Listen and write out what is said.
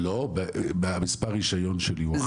לא, מספר הרישיון שלי הוא אחר.